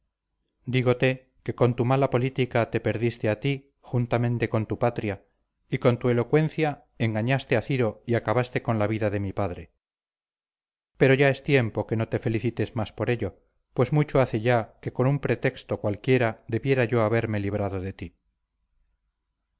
dígote que con tu mala política te perdiste a ti juntamente con tu patria y con tu elocuencia engañaste a ciro y acabaste con la vida de mi padre pero ya es tiempo que no te felicites más por ello pues mucho hace ya que con un pretexto cualquiera debiera yo haberme librado de ti